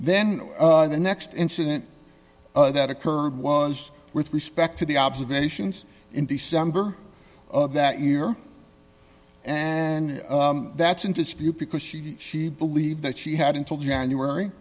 then the next incident that occurred was with respect to the observations in december of that year and that's in dispute because she she believed that she had until january